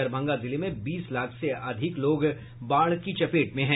दरभंगा जिले में बीस लाख से अधिक लोग बाढ़ की चपेट में हैं